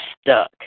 stuck